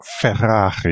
Ferrari